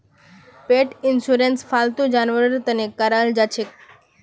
पेट insurance फालतू जानवरेर तने कराल जाछेक